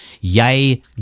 Yay